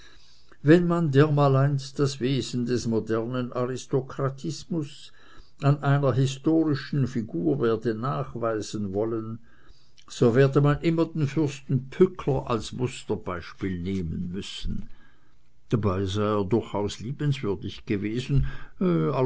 wenn man dermaleinst das wesen des modernen aristokratismus an einer historischen figur werde nachweisen wollen so werde man immer den fürsten pückler als musterbeispiel nehmen müssen dabei sei er durchaus liebenswürdig gewesen